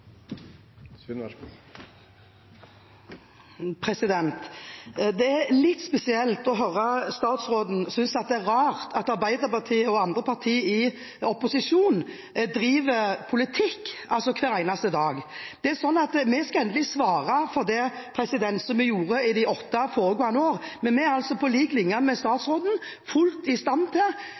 litt spesielt å høre statsråden si at han syns det det er rart at Arbeiderpartiet og andre partier i opposisjon bedriver politikk hver eneste dag. Vi skal svare for det som vi gjorde i de åtte foregående årene, men vi er, på lik linje med statsråden, fullt i stand til